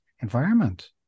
environment